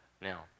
Now